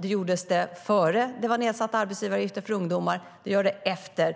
Det gjordes det före nedsatta arbetsgivaravgifter för ungdomar; det görs det